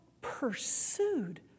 pursued